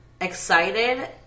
excited